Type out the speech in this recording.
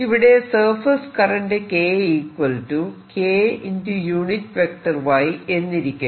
ഇവിടെ surface current K K y എന്നിരിക്കട്ടെ